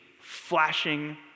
flashing